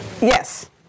Yes